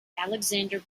alexander